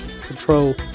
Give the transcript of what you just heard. control